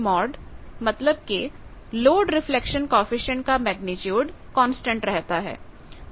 मतलब कि load reflection coefficient का मेग्नीट्यूड कांस्टेंट रहता है